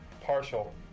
partial